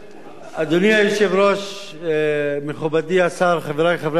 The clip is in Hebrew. אדוני היושב-ראש, מכובדי השר, חברי חברי הכנסת,